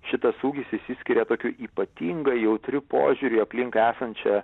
šitas ūgis išsiskiria tokiu ypatingai jautriu požiūriu į aplink esančią